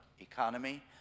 economy